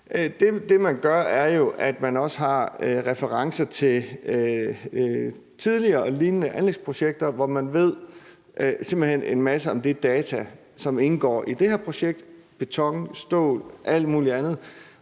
bare navnet på den – at man også har referencer til tidligere og lignende anlægsprojekter, hvor man simpelt hen ved en masse om de data, som indgår i det her projekt, altså beton, stål og alt muligt andet,